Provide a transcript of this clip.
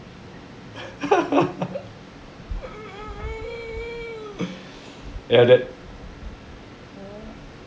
you know that